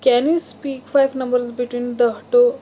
can you speak five numbers between the to